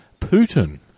Putin